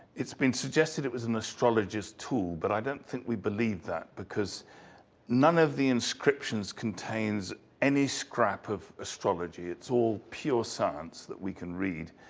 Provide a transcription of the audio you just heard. it's been suggested it was an astrologist tool but i don't think we believe that because none of the inscriptions contain any scrap of astrology. it's all pure science that we can read,